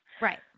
Right